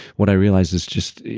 what i realized is just,